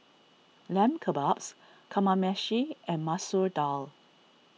Lamb Kebabs Kamameshi and Masoor Dal